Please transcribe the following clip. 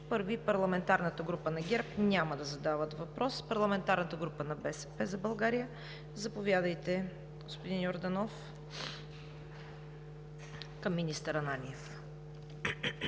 Първи – от парламентарната група на ГЕРБ няма да задават въпрос. Парламентарната група на „БСП за България“. Заповядайте, господин Йорданов – към министър Ананиев.